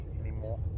anymore